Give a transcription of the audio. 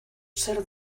zer